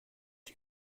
you